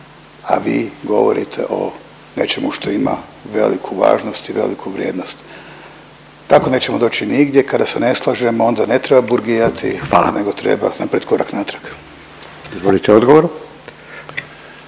a vi govorite o nečemu što ima veliku važnost i veliku vrijednost. Tako nećemo doći nigdje, kada se ne slažemo onda ne treba burgijati …/Upadica Radin: Hvala./… nego